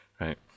Right